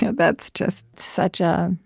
you know that's just such a